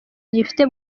gifite